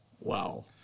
Wow